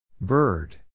Bird